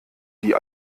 die